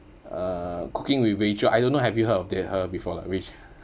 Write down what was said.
uh cooking with rachel I don't know have you heard of that her before lah which